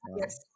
yes